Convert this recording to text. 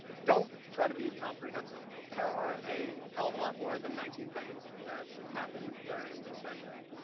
don't try to be comprehensive. there are a hell of a lot more than nineteen things that happen during a surgery.